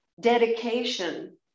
dedication